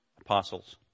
apostles